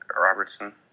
Robertson